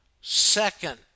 second